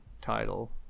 title